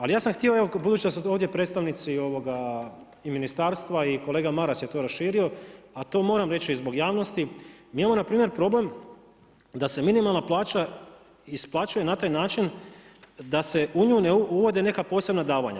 Ali ja sam htio evo budući da su ovdje predstavnici i ministarstva i kolega Maras je to raširio, a to moram reći zbog javnosti, mi imamo npr. problem da se minimalna plaća isplaćuje na taj način da se u nju ne uvode neka posebna davanja.